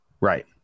Right